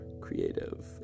creative